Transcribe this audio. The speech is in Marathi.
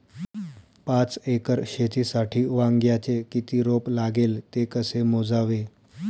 पाच एकर शेतीसाठी वांग्याचे किती रोप लागेल? ते कसे मोजावे?